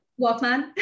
walkman